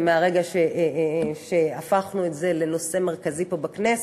ומהרגע שהפכנו את זה לנושא מרכזי פה בכנסת,